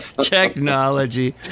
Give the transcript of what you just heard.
Technology